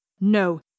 No